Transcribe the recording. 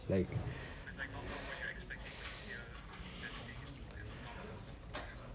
like